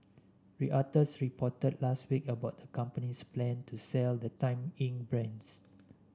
reuters reported last week about the company's plan to sell the Time Inc brands